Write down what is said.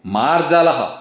मार्जालः